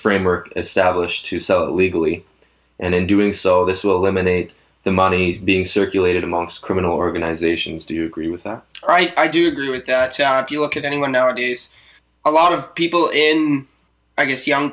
framework established to sell it legally and in doing so this will eliminate the money being circulated in most criminal organizations do you agree with that right i do agree with that sound you look at anyone nowadays a lot of people in i guess young